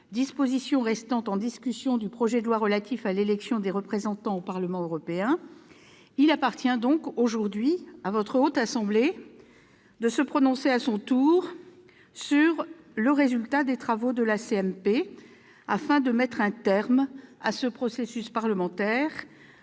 dispositions restant en discussion du projet de loi relatif à l'élection des représentants au Parlement européen, il appartient aujourd'hui à la Haute Assemblée de se prononcer sur le résultat des travaux de cette commission, afin de mettre un terme à ce processus parlementaire